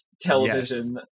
television